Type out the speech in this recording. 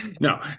No